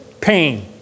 pain